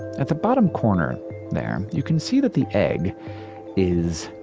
at the bottom corner there, you can see that the egg is.